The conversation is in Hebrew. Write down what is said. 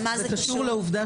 זה קשור לעובדה